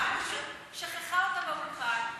החברה שכחה אותה באולפן.